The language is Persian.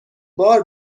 بار